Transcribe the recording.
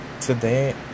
today